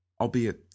Albeit